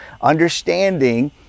understanding